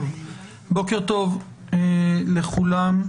בוקר טוב לכולם.